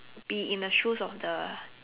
be in a shoes of the